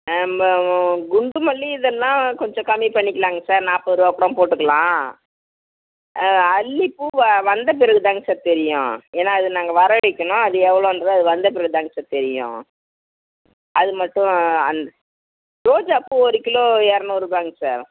ம குண்டு மல்லி இதெல்லாம் கொஞ்சம் கம்மி பண்ணிக்கலாங்க சார் நாற்பதுரூவாக் கூடம் போட்டுக்கலாம் அல்லிப்பூ வ வந்த பிறகு தாங்க சார் தெரியும் ஏன்னால் அது நாங்கள் வர வைக்கணும் அது எவ்வளோன்றது அது வந்த பிறகு தாங்க சார் தெரியும் அது மட்டும் அந்த ரோஜாப்பூ ஒரு கிலோ இரநூறுபாங்க சார்